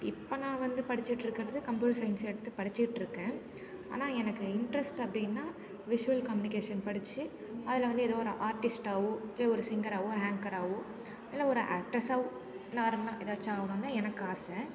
இப்போ நான் வந்து படிச்சிட்டு இருக்கிறது கம்ப்யூட்டர் சயின்ஸ் எடுத்து படிச்சிகிட்டு இருக்கேன் ஆனால் எனக்கு இன்ட்ரஸ்ட் அப்படின்னா விஷ்வல் கம்யூனிகேஷன் படிச்சு அதில் வந்து ஏதோ ஒரு ஆர்ட்டிஸ்ட்டாகவோ இல்லை ஒரு சிங்கராகவோ ஒரு ஹாங்க்கராவோ இல்லை ஒரு ஆக்ட்ரஸ்ஸாவோ நார்மலாக எதாச்சும் ஆகணுந்தான் எனக்கு ஆசை